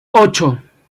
ocho